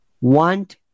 want